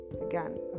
again